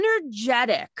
energetic